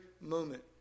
moment